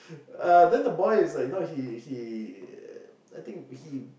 uh then the boy is like you know he he I think he